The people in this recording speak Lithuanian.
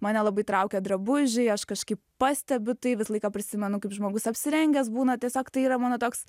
mane labai traukia drabužiai aš kažkaip pastebiu tai visą laiką prisimenu kaip žmogus apsirengęs būna tiesiog tai yra mano toks